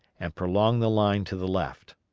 and prolonged the line to the left.